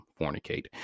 fornicate